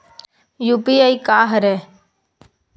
UPI का हरय?